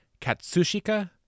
Katsushika